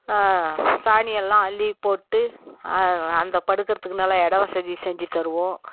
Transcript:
சாணியெல்லாம் அள்ளிப் போட்டு அந்த படுக்கறத்துக்கு நல்ல இட வசதி செஞ்சு தருவோம்